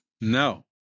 No